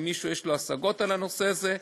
אם למישהו יש השגות על הנושא הזה,